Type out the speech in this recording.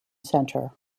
center